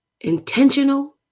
Intentional